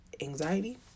anxiety